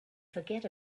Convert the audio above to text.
forget